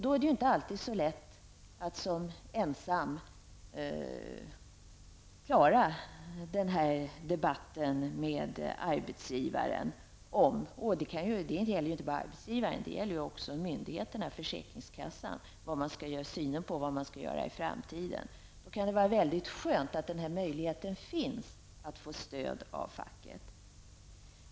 Då är det inte alltid så lätt att ensam klara debatten med arbetsgivaren och försäkringskassan om synen på vad man skall göra i framtiden. Då kan det vara skönt att känna att man har möjlighet att få stöd av facket.